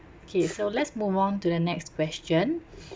okay so let's move on to the next question